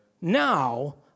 Now